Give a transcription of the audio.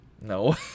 No